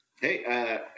Hey